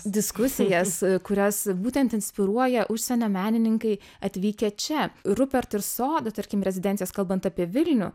diskusijas kurias būtent inspiruoja užsienio menininkai atvykę čia rupert ir sodų tarkim rezidencijas kalbant apie vilnių